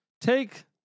Take